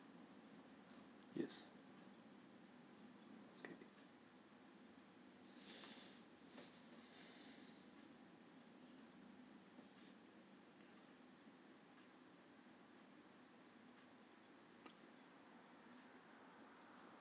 yes